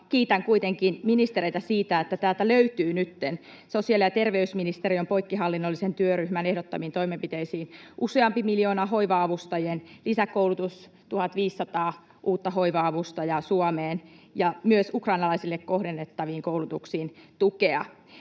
kiitän kuitenkin ministereitä siitä, että täältä löytyy nytten sosiaali- ja terveysministeriön poikkihallinnollisen työryhmän ehdottamiin toimenpiteisiin useampi miljoona: hoiva-avustajien lisäkoulutus, 1 500 uutta hoiva-avustajaa Suomeen, ja myös ukrainalaisille kohdennettaviin koulutuksiin tukea.